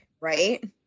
Right